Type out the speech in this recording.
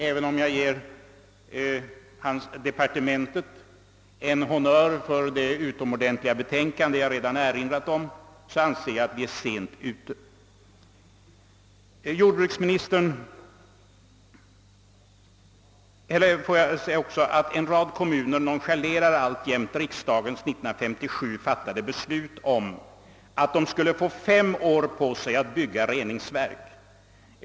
Även om jag ger departementet en honnör för det utomordentliga betänkande jag redan erinrat om, anser jag att vi är sent ute. En rad kommuner nonchalerar alltjämt riksdagens 1957 fattade beslut att de skulle få fem år på sig att bygga reningsverk.